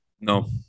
No